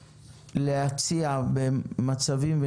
לשר החקלאות,